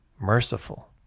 merciful